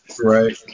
Right